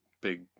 big